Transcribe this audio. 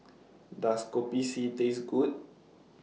Does Kopi C Taste Good